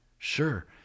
Sure